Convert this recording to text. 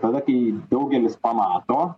tada kai daugelis pamato